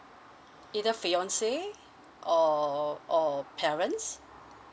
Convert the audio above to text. either fiance or or parents